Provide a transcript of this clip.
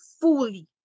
fully